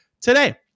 today